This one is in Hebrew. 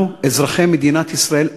אנחנו אזרחי מדינת ישראל,